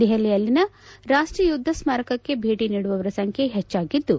ದೆಹಲಿಯಲ್ಲಿನ ರಾಷ್ಷೀಯ ಯುದ್ದ ಸ್ನಾರಕಕ್ಕೆ ಭೇಟಿ ನೀಡುವವರ ಸಂಖ್ಯೆ ಹೆಚ್ಚಾಗಿದ್ದು